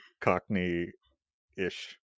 Cockney-ish